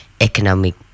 economic